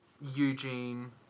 Eugene